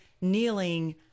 kneeling